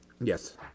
Yes